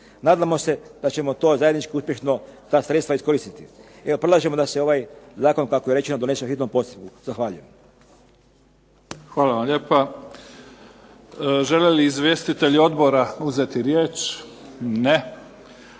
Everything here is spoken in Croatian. Nadamo se da ćemo to zajednički uspješno, ta sredstva iskoristiti. Predlažemo da se ovaj zakon kako je rečeno donese po hitnom postupku. Zahvaljujem. **Mimica, Neven (SDP)** Hvala vam lijepa. Žele li izvjestitelji odbora uzeti riječ? Ne. Onda